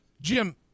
Jim